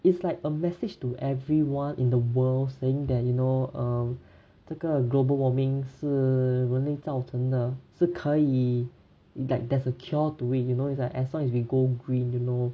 it's like a message to everyone in the world saying that you know um 这个 global warming 是人类造成的是可以 like there's a cure to it you know it's like as long as we go green you know